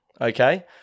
Okay